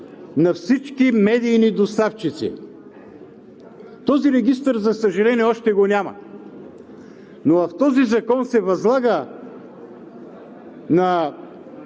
на всички медийни доставчици? Този регистър, за съжаление, още го няма. Но с този закон се възлага на